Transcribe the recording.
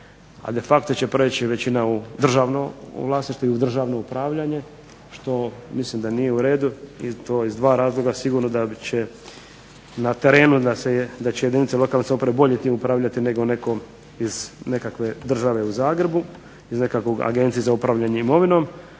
a de facto će prijeći većina u državno vlasništvo i u državno upravljanje što mislim da nije u redu i to iz 2 razloga. Sigurno da će na terenu jedinice lokalne samouprave bolje tim upravljati nego netko iz nekakve države u Zagrebu, iz nekakve Agencije za upravljanje imovinom